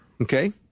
Okay